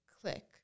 click